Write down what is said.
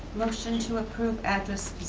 motion to approve, address